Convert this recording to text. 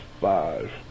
five